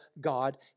God